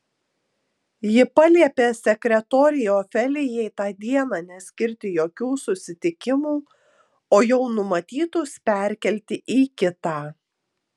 ji paliepė sekretorei ofelijai tą dieną neskirti jokių susitikimų o jau numatytus perkelti į kitą